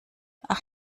ach